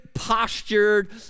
postured